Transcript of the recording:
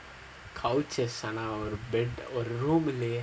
cultures ஆனா ஒரு:aanaa oru bed room இல்லையே:illaiyae